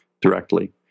directly